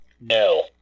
No